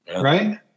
right